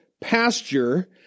pasture